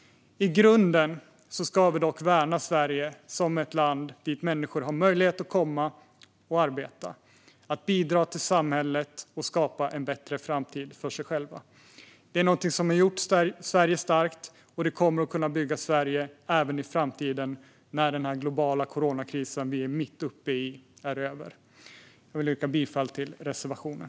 I grunden ska vi dock värna Sverige som ett land dit människor har möjlighet att komma för att arbeta och bidra till samhället och skapa en bättre framtid för sig själva. Det är något som har gjort Sverige starkt, och det kommer att kunna bygga Sverige starkt även i framtiden när den globala coronakris som vi är mitt uppe i är över. Jag vill yrka bifall till reservationen.